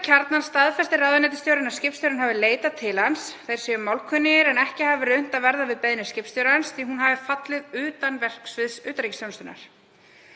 Kjarnann staðfestir ráðuneytisstjórinn að skipstjórinn hafi leitað til hans, þeir séu málkunnugir, en ekki hafi verið unnt að verða við beiðni skipstjórans því að hún hafi fallið utan verksviðs utanríkisþjónustunnar.